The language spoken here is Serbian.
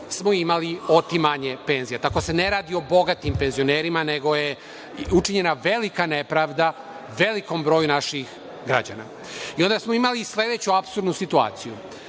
smo imali otimanje penzija, tako da se ne radi o bogatim penzionerima, nego je učinjena velika nepravda velikom broju naših građana. Onda smo imali sledeću apsurdnu situaciju.